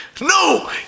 no